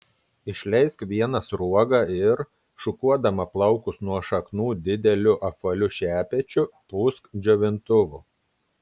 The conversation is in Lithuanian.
išleisk vieną sruogą ir šukuodama plaukus nuo šaknų dideliu apvaliu šepečiu pūsk džiovintuvu